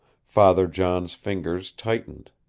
father john's fingers tightened.